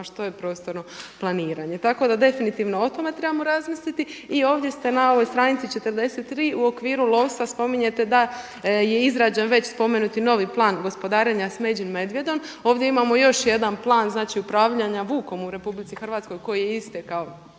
što je prostorno planiranje? Tako da definitivno o tome trebamo razmisliti. I ovdje ste na ovoj stranici 43. u okviru lovstva spominjete da je izrađen već spomenuti novi plan gospodarenja smeđim medvjedom. Ovdje imamo još jedan plan, znači upravljanja vukom u RH koji je istekao